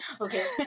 Okay